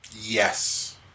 yes